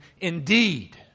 indeed